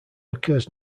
occurs